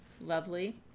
lovely